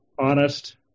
honest